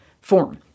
form